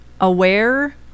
aware